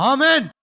Amen